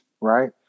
right